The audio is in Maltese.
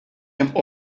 hemm